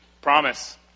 Promise